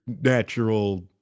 natural